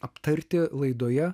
aptarti laidoje